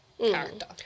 character